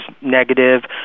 negative